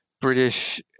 British